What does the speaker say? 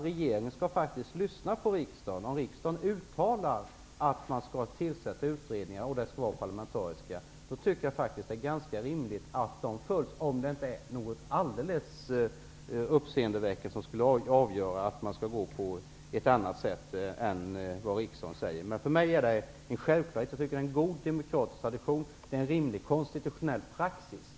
Regeringen skall faktiskt lyssna på riksdagen. Om riksdagen uttalar att parlamentariska utredningar skall tillsättas, tycker jag att det är rimligt att de önskemålen skall följas -- om det inte är något som på ett alldeles uppseendeväckande sätt gör att det skall ske på annat sätt än vad riksdagen säger. Men för mig är detta en självklarhet. Det är en god demokratisk tradition, och det är en rimlig konstitutionell praxis.